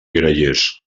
grallers